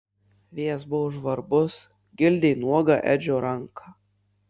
vėjas buvo žvarbus gildė nuogą edžio ranką